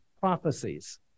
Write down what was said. prophecies